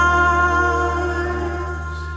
eyes